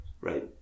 right